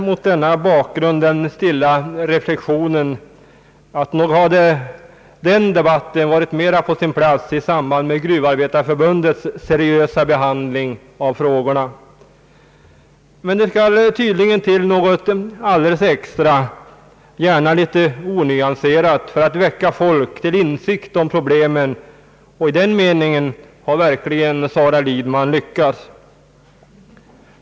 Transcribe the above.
Mot denna bakgrund gör man den stilla reflexionen att den debatten hade varit mera på sin plats i samband med Gruvindustriarbetareförbundets seriösa behandling av frågorna. Det skall tydligen till något alldeles extra, gärna litet onyanserat, för att väcka folk till insikt om problemen, och i den meningen har verkligen Sara Lidman lyckats.